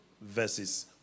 versus